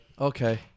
Okay